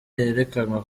yerekanwa